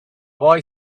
boy